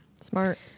Smart